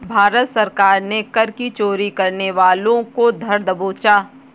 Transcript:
भारत सरकार ने कर की चोरी करने वालों को धर दबोचा